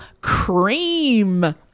Cream